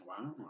Wow